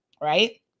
right